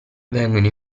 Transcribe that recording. vengono